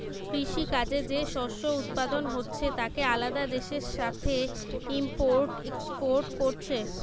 কৃষি কাজে যে শস্য উৎপাদন হচ্ছে তাকে আলাদা দেশের সাথে ইম্পোর্ট এক্সপোর্ট কোরছে